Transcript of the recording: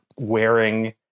wearing